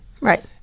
right